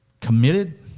committed